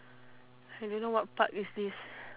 I don't know what park is this